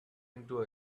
into